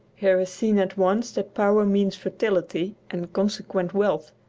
here it is seen at once that power means fertility and consequent wealth,